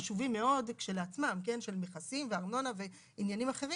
חשובים מאוד כשלעצמם של נכסים וארנונה ועניינים אחרים.